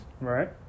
Right